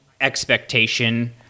expectation